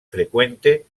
frecuente